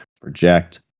project